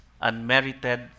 unmerited